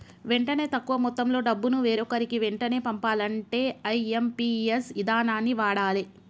వెంటనే తక్కువ మొత్తంలో డబ్బును వేరొకరికి వెంటనే పంపాలంటే ఐ.ఎమ్.పి.ఎస్ ఇదానాన్ని వాడాలే